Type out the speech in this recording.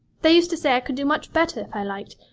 they used to say i could do much better if i liked,